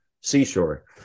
seashore